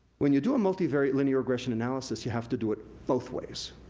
when you do a multivariate linear regression analysis, you have to do it both ways.